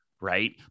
Right